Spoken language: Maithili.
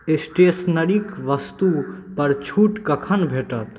स्टेशनरीक वस्तुपर छूट कखन भेटत